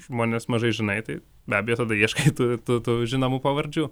žmones mažai žinai tai be abejo tada ieškai tų tų tų žinomų pavardžių